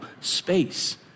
space